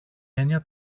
έννοια